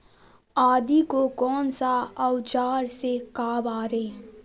आदि को कौन सा औजार से काबरे?